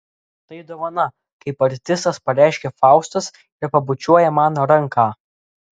tai dovana kaip artistas pareiškia faustas ir pabučiuoja man ranką